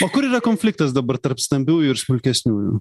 o kur yra konfliktas dabar tarp stambiųjų ir smulkesniųjų